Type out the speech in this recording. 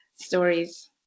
stories